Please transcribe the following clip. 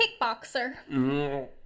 Kickboxer